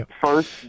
First